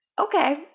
Okay